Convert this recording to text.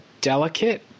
delicate